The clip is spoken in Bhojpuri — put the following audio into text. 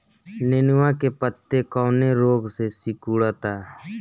नेनुआ के पत्ते कौने रोग से सिकुड़ता?